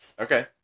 Okay